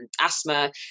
asthma